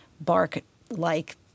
bark-like